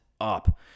up